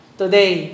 today